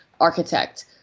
architect